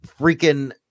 freaking